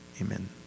Amen